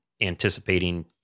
anticipating